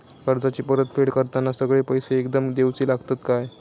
कर्जाची परत फेड करताना सगळे पैसे एकदम देवचे लागतत काय?